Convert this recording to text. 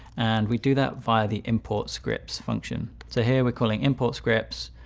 and we do that via the import scripts function. so here we're calling import scripts.